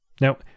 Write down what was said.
Now